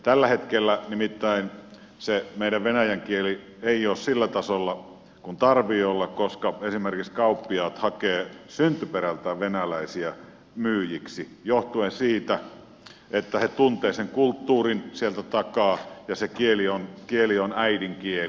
tällä hetkellä nimittäin se meidän venäjän kieli ei ole sillä tasolla kuin tarvitsee olla koska esimerkiksi kauppiaat hakevat syntyperältään venäläisiä myyjiksi johtuen siitä että he tuntevat sen kulttuurin sieltä takaa ja se kieli on äidinkieli